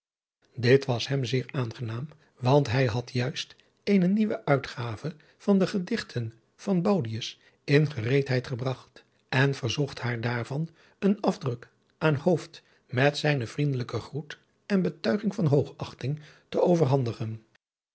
dit was hem zeer aangenaam want hij had juist eene nieuwe uitgave van de gedichten van baudius in gereedheid gebragt en verzocht haar daarvan een afdruk aan hooft met zijnen vriendelijken groet en betuiging van hoogachting te overhandigen